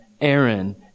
Aaron